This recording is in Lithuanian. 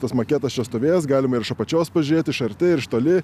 tas maketas čia stovės galima ir iš apačios pažiūrėti iš arti ir iš toli